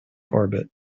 orbit